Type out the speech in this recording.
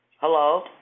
Hello